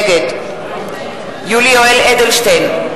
נגד יולי יואל אדלשטיין,